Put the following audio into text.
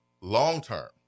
long-term